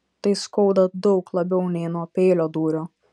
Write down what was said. tai skauda daug labiau nei nuo peilio dūrio